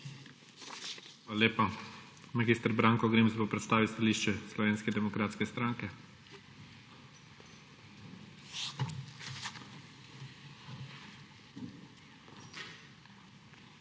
Hvala lepa. Mag. Branko Grims bo predstavil stališče Slovenske demokratske stranke. **MAG.